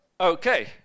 Okay